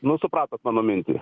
nu supratot mano mintį